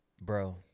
bro